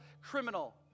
criminal